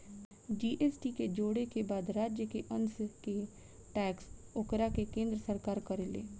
GST के जोड़े के बाद राज्य के अंस के टैक्स ओकरा के केन्द्र सरकार करेले